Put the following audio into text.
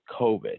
COVID